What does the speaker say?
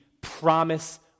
promise